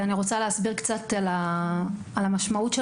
אני רוצה להסביר קצת על המשמעות של